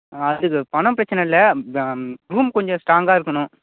அதுக்கு பணம் பிரச்சினை இல்லை ரூம் கொஞ்சம் ஸ்ட்ராங்காக இருக்கணும்